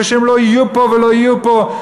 ושהם לא יהיו פה ולא יהיו פה.